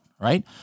right